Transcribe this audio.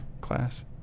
class